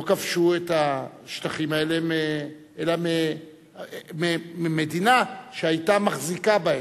לא כבשו את השטחים האלה אלא ממדינה שהיתה מחזיקה בהם,